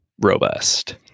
robust